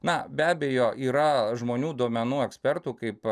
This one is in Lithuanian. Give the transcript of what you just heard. na be abejo yra žmonių duomenų ekspertų kaip